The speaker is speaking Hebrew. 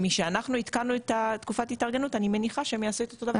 ומשאנחנו עדכנו את תקופת ההתארגנות אני מניחה שהם יעדו את אותו הדבר.